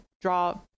draw